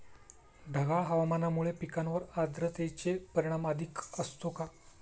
ढगाळ हवामानामुळे पिकांवर आर्द्रतेचे परिणाम अधिक असतो का?